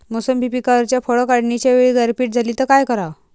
मोसंबी पिकावरच्या फळं काढनीच्या वेळी गारपीट झाली त काय कराव?